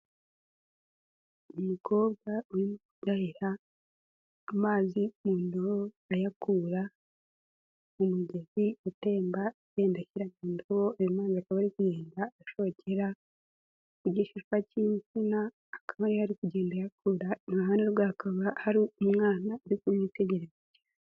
Umukobwa uri kudahira amazi mu ndobo, ayakura mu mugezi utemba agenda ayashyira mu ndobo, ayo mazi akaba ari kugenda ashokera ku gishishwa cy'insina, akaba yari ari kugenda akura, iruhande rwe hakaba hari umwana uri kumwitegereza.